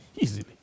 Easily